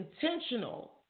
intentional